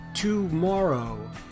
Tomorrow